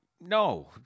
No